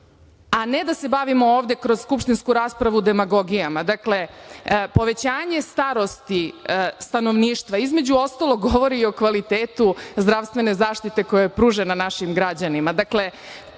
a ne da se bavimo ovde kroz skupštinsku raspravu demagogijama. Povećanje starosti stanovništva između ostalog govori i o kvalitetu zdravstvene zaštite koja je pružena našim građanima. Dakle,